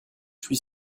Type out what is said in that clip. suis